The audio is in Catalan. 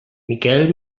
miquel